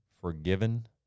forgiven